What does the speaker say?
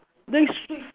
next week